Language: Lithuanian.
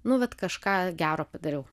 nu vat kažką gero padariau